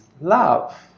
love